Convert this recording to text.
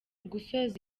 gusoza